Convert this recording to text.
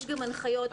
יש גם הנחיות בריאות.